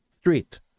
street